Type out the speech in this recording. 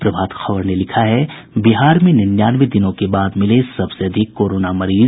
प्रभात खबर ने लिखा है बिहार में निन्यानवे दिनों के बाद मिले सबसे अधिक कोरोना मरीज